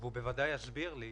זה מה שאני מסביר.